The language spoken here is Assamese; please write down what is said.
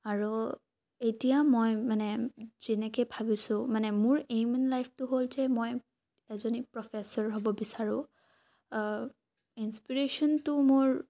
আৰু এতিয়া মই মানে যেনেকৈ ভাবিছোঁ মানে মোৰ এইম ইন লাইফটো হ'ল যে মই এজনী প্ৰফেচাৰ হ'ব বিচাৰোঁ ইঞ্চপিৰেশ্যনটো মোৰ